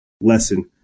lesson